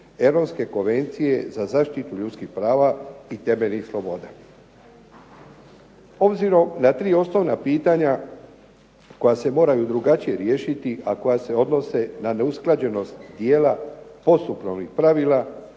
Europske konvencije za zaštitu ljudskih prava i temeljnih sloboda. Obzirom na tri osnovna pitanja koja se moraju drugačije riješiti, a koja se odnose na neusklađenost dijela postupovnih pravila,